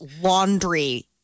laundry